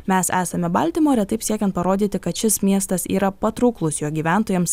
mes esame baltimorė taip siekiant parodyti kad šis miestas yra patrauklus jo gyventojams